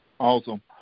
Awesome